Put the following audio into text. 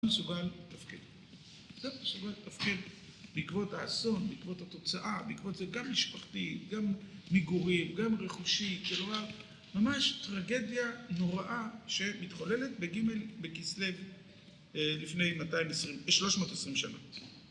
לא מסוגל לתפקד, לא מסוגל לתפקד בעקבות האסון, בעקבות התוצאה, בעקבות זה גם משפחתית, גם מגורית, גם רכושית, כלומר ממש טרגדיה נוראה שמתחוללת בג' בכסלו לפני 320 שנה